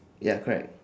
ya correct